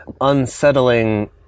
unsettling